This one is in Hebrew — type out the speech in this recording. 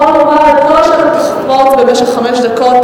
ואתה יכול לומר ככל שתחפוץ בחמש דקות.